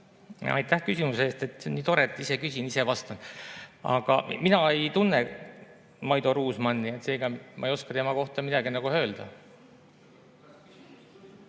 Aitäh küsimuse eest! See on nii tore, et ise küsin, ise vastan. Mina ei tunne Maido Ruusmanni, seega ma ei oska tema kohta midagi öelda.